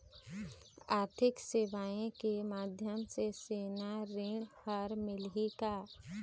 आरथिक सेवाएँ के माध्यम से सोना ऋण हर मिलही का?